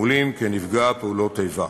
לתגמולים כנפגע פעולות איבה.